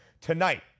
tonight